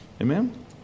amen